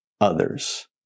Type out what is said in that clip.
others